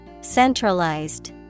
Centralized